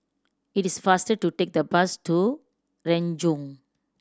it is faster to take the bus to Renjong